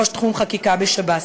ראש תחום חקיקה בשב"ס,